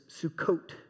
Sukkot